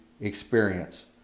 experience